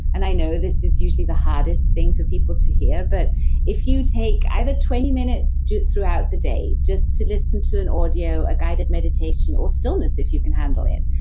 and i know this is usually the hardest thing for people to hear but if you take either twenty minutes throughout the day just to listen to an audio, a guided meditation or stillness if you can handle it,